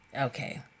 Okay